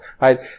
right